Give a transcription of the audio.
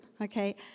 okay